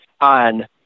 on